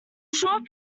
short